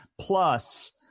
plus